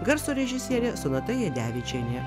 garso režisierė sonata jadevičienė